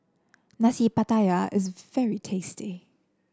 Nasi Pattaya is very tasty